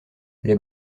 les